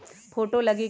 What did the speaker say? Photo लगी कि?